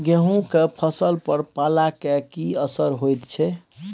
गेहूं के फसल पर पाला के की असर होयत छै?